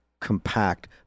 compact